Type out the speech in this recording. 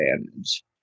advantage